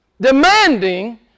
demanding